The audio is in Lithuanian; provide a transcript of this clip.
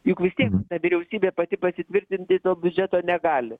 juk vis tiek ta vyriausybė pati pasitvirtinti biudžeto negali